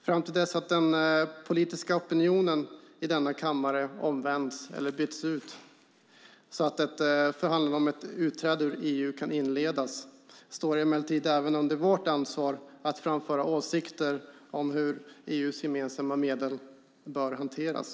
Fram till dess att den politiska opinionen i denna kammare omvänts eller byts ut så att ett förhandlande om ett utträde ur EU kan inledas står det emellertid även under vårt ansvar att framföra åsikter om hur EU:s gemensamma medel bör hanteras.